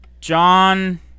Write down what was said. John